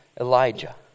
Elijah